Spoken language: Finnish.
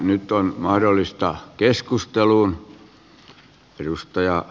nyt on mahdollisuus keskusteluun